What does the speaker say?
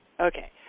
Okay